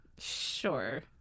Sure